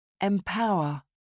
Empower